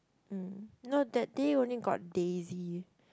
mm no that day only got daisy